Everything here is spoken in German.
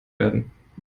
werden